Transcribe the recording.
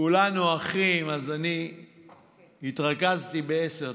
כולנו אחים, אז אני התרכזתי בעשר דקות.